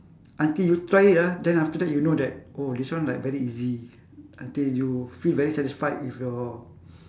until you try it ah then after that you know that oh this one like very easy until you feel very satisfied with your